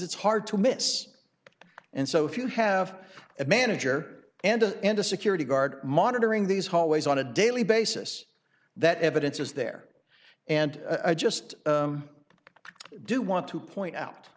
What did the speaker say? it's hard to miss and so if you have a manager and and a security guard monitoring these hallways on a daily basis that evidence is there and a just do want to point out